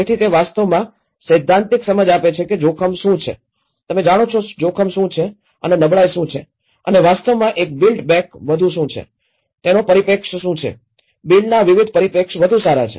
તેથી તે વાસ્તવમાં સૈદ્ધાંતિક સમજ આપે છે કે જોખમ શું છે તમે જાણો છો જોખમ શું છે અને નબળાઈ શું છે અને વાસ્તવમાં એક બિલ્ડ બેક વધુ શું છે પરિપ્રેક્ષ્ય શું છે બિલ્ડના વિવિધ પરિપ્રેક્ષ્ય વધુ સારા છે